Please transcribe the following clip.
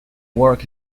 work